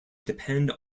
depend